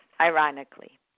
ironically